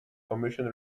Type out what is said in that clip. commission